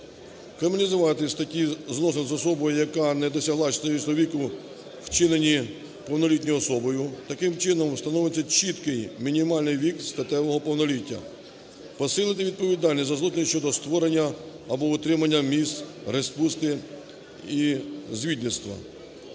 зрілості. Криміналізувати статтю "Зносини з особою, яка не досягла шістнадцятирічного віку, вчинені повнолітньою особою". Таким чином, установити чіткий мінімальний вік статевого повноліття. Посилити відповідальність за злочини щодо створення або утримання місць розпусти і звідництва.